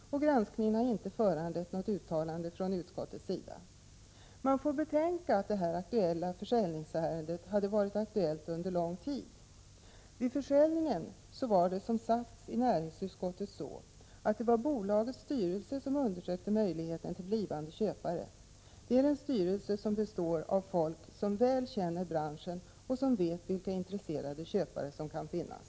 Granskningen har inte föranlett något uttalande från utskottets sida. Man får betänka att det här försäljningsärendet har varit aktuellt under lång tid. Vid försäljningen var det, som sagts i näringsutskottet, bolagets styrelse som undersökte möjligheten till blivande köpare. Det är en styrelse som består av folk som väl känner branschen och som vet vilka intresserade köpare som kan finnas.